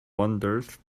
wanders